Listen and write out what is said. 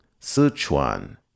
Sichuan